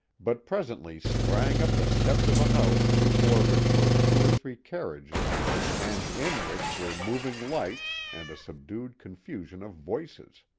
but presently sprang up the steps of a house before which were two or three carriages and in which were moving lights and a subdued confusion of voices.